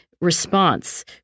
response